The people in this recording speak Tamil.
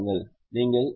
நீங்கள் எஃப்